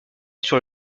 sur